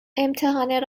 امتحان